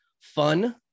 fun